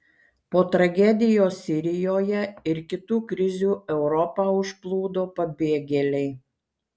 po tragedijos sirijoje ir kitų krizių europą užplūdo pabėgėliai